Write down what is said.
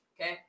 Okay